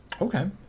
Okay